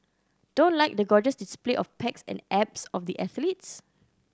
don't like the gorgeous display of pecs and abs of the athletes